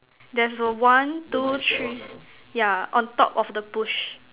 there's a one two three yeah on top of the push